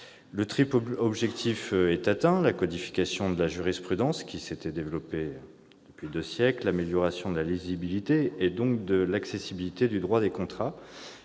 un triple objectif : la codification de la jurisprudence, qui s'était développée depuis deux siècles ; l'amélioration de la lisibilité, donc de l'accessibilité du droit des contrats